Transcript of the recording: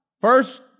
First